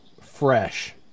fresh